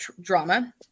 drama